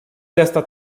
desta